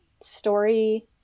story